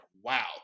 wow